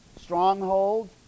Stronghold